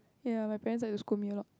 ya my parents like to scold me a lot